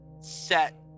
set